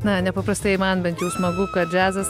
na nepaprastai man bent jau smagu kad džiazas